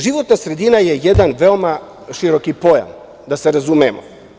Životna sredina je jedan veoma široki pojam, da se razumemo.